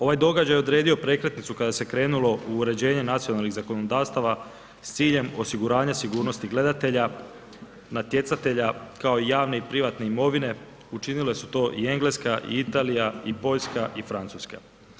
Ovaj događaj odredio je prekretnicu kada se krenulo u uređenje nacionalnih zakonodavstava s ciljem osiguranja sigurnosti gledatelja, natjecatelja kao i javne i privatne imovine učinile su to i Engleska, i Italija, i Poljska, i Francuska.